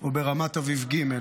או ברמת אביב ג',